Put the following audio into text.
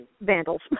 vandals